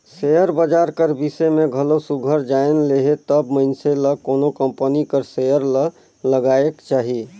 share बजार कर बिसे में घलो सुग्घर जाएन लेहे तब मइनसे ल कोनो कंपनी कर सेयर ल लगाएक चाही